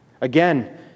Again